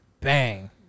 Bang